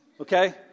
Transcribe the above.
okay